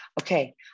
Okay